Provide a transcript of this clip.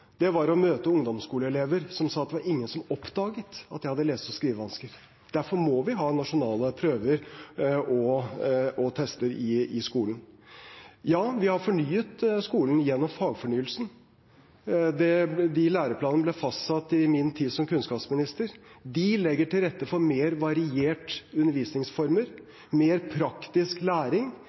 var å møte ungdomsskoleelever som sa at det var ingen som oppdaget at de hadde lese- og skrivevansker. Derfor må vi ha nasjonale prøver og tester i skolen. Ja, vi har fornyet skolen gjennom fagfornyelsen. De læreplanene ble fastsatt i min tid som kunnskapsminister. De legger til rette for mer varierte undervisningsformer og mer praktisk læring.